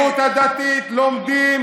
חבר הכנסת משה אבוטבול.